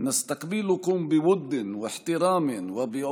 איחוד האמירויות הערביות ובחריין,